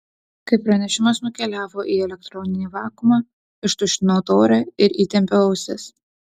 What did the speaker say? kai pranešimas nukeliavo į elektroninį vakuumą ištuštinau taurę ir įtempiau ausis